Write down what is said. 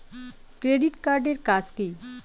Credit card এর কাজ কি?